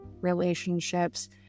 relationships